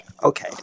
Okay